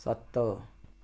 सत्त